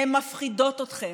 הן מפחידות אתכם.